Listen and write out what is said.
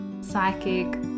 psychic